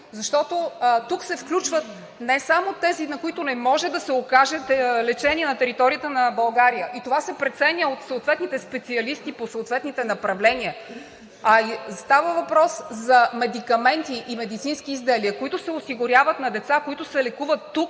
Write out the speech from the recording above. защото тук се включват не само тези, на които не може да им се окаже лечение на територията на България и това се преценява от специалистите по съответните направления, а става въпрос за медикаменти и медицински изделия, които се осигуряват на деца, които се лекуват тук,